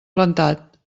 plantat